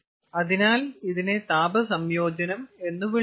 അതിനാൽ ഇതിനെ താപ സംയോജനം എന്ന് വിളിക്കുന്നു